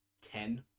ten